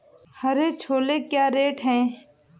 हरे छोले क्या रेट हैं?